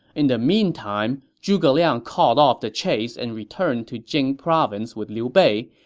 in the meantime, zhuge liang called off the chase and returned to jing province with liu bei,